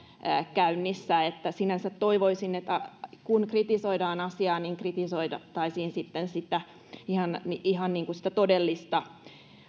käynnissä eli sinänsä toivoisin että kun kritisoidaan asiaa niin kritisoitaisiin sitten ihan sitä todellista